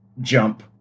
jump